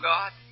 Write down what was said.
God